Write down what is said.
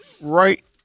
right